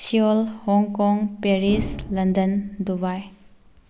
Seoul Hong Kong Paris London Dubai